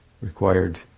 required